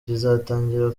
zizatangira